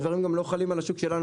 שאתם תבחנו את זה,